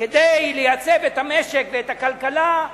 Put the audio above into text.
כדי לייצב את המשק ואת הכלכלה,